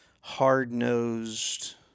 hard-nosed